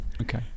Okay